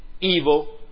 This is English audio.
evil